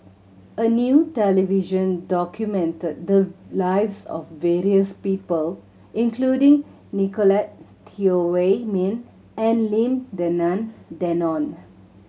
a new television documented the lives of various people including Nicolette Teo Wei Min and Lim Denan Denon